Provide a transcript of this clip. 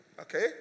Okay